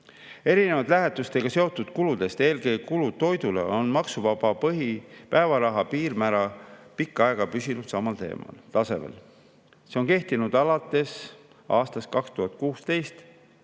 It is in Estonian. Erinevalt lähetustega seotud kuludest – eelkõige kulud toidule – on maksuvaba päevaraha piirmäär pikka aega püsinud samal tasemel. See on kehtinud alates aastast 2016